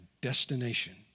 destination